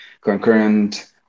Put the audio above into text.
concurrent